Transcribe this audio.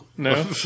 No